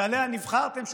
שעליה נבחרתם,